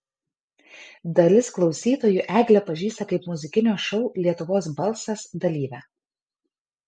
dalis klausytojų eglę pažįsta kaip muzikinio šou lietuvos balsas dalyvę